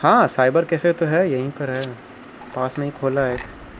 ہاں cyber cafe تو ہے یہیں پر ہے پاس میں ہی کھولا ہے ایک